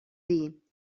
dir